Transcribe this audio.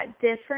different